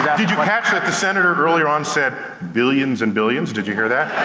did you catch that the senator early on said billions and billions, did you hear that?